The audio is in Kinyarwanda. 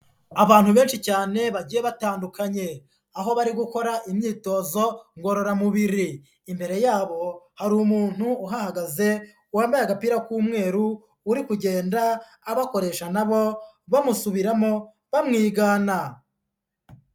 Abantu benshi cyane bagiye batandukanye, aho bari gukora imyitozo ngororamubiri, imbere yabo hari umuntu uhagaze wambaye agapira k'umweru uri kugenda abakoresha na bo bamusubiramo bamwigana.